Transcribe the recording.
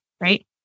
Right